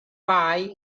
buy